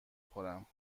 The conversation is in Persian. خورم